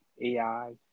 AI